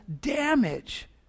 damage